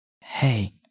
Hey